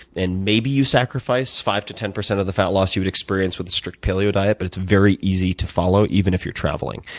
and maybe you sacrifice five to ten percent of the fat loss you would experience with the strict paleo diet, but it's very easy to follow even if you're traveling.